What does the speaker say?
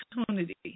opportunity